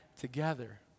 together